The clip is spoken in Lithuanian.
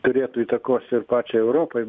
turėtų įtakos ir pačiai europai